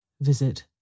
Visit